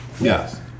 Yes